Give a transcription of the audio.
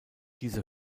diese